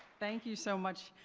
thank you so much.